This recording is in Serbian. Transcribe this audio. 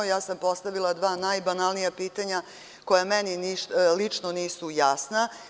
Ja sam postavila dva najbanalnija pitanja koja meni lično nisu jasna.